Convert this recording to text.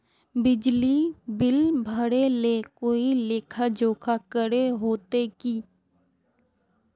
बिजली बिल भरे ले कोई लेखा जोखा करे होते की?